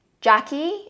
Jackie